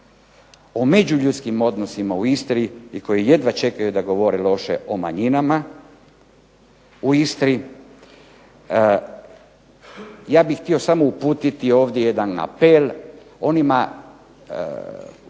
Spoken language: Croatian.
o međuljudskim odnosima u Istri, i koji jedva čekaju da govore loše o manjinama u Istri, ja bih htio samo uputiti ovdje jedan apel onima koji